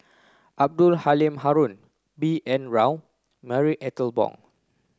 Abdul Halim Haron B N Rao Marie Ethel Bong